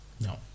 No